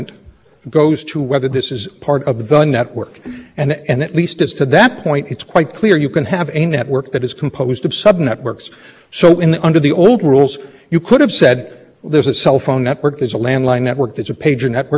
interconnected which i don't think the parties have raised i think would be an equally reasonable position for the commission to take and we're at least a reasonable reading of the statute that to make no distinction between interconnected and connected if your honor is concerned about the the aspect that